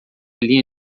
linha